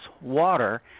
water